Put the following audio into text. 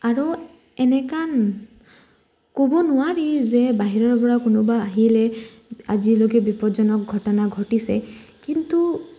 আৰু এনেকণ ক'ব নোৱাৰি যে বাহিৰৰ পৰা কোনোবা আহিলে আজিলৈকে বিপদজনক ঘটনা ঘটিছে কিন্তু